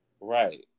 Right